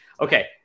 Okay